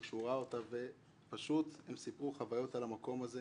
וכשהוא ראה אותה פשוט הם סיפרו חוויות על המקום הזה,